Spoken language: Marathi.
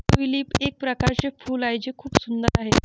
ट्यूलिप एक प्रकारचे फूल आहे जे खूप सुंदर आहे